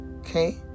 Okay